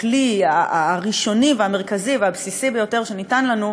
הכלי הראשוני והמרכזי והבסיסי ביותר שניתן לנו,